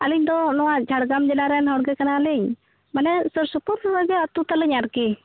ᱟᱹᱞᱤᱧ ᱫᱚ ᱱᱚᱣᱟ ᱡᱷᱟᱲᱜᱨᱟᱢ ᱡᱮᱞᱟ ᱨᱮᱱ ᱦᱚᱲ ᱜᱮ ᱠᱟᱱᱟ ᱞᱤᱧ ᱢᱟᱱᱮ ᱥᱩᱨ ᱥᱩᱯᱩᱨ ᱜᱮ ᱟᱹᱛᱩ ᱛᱟᱹᱞᱤᱧ ᱟᱨᱠᱤ